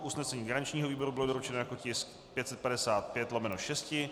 Usnesení garančního výboru bylo doručeno jako tisk 555/6.